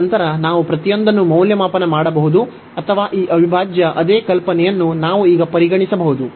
ತದನಂತರ ನಾವು ಪ್ರತಿಯೊಂದನ್ನು ಮೌಲ್ಯಮಾಪನ ಮಾಡಬಹುದು ಅಥವಾ ಈ ಅವಿಭಾಜ್ಯ ಅದೇ ಕಲ್ಪನೆಯನ್ನು ನಾವು ಈಗ ಪರಿಗಣಿಸಬಹುದು